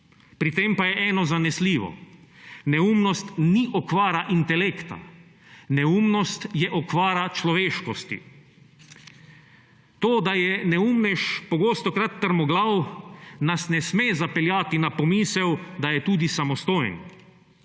Pri tem pa je eno zanesljivo. Neumnost ni okvara intelekta, neumnost je okvara človeškosti. To, da je neumnež pogostokrat trmoglav, nas ne sme zapeljati na pomisel, da je tudi samostojen.